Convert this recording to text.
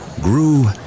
grew